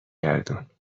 گردون